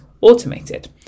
automated